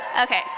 Okay